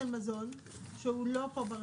יש כאן סעיף אחד שנוגע לבשר טרי.